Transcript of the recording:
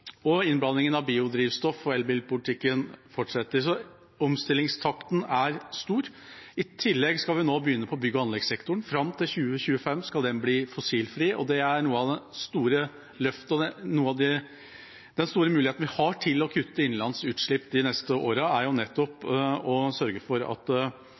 og innblandingen av biodrivstoff og elbilpolitikken fortsetter. Så omstillingstakten er stor. I tillegg skal vi nå begynne på bygg og anlegg-sektoren. Innen 2025 skal den bli fossilfri. Noe av det store løftet og den store muligheten vi har til å kutte i innlandsutslipp de neste årene, er nettopp å sørge for at